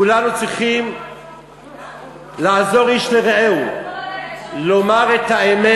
כולנו צריכים לעזור איש לרעהו, כל הלילה